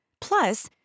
Plus